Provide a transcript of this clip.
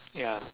ya